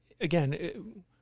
again